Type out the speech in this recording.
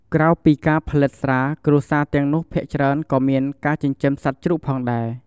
ក្រៅពីការផលិតស្រា គ្រួសារទាំងនោះភាគច្រើនក៏មានការចិញ្ចឹមសត្វជ្រូកផងដែរ។